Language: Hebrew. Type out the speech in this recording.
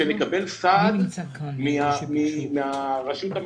צריכה לצאת מכאן קריאה שהמשחק ילדים שנקרא ממשלת ישראל,